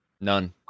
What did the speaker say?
None